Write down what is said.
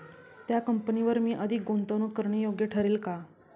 त्या कंपनीवर मी अधिक गुंतवणूक करणे योग्य ठरेल का?